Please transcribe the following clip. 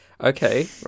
okay